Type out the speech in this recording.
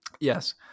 Yes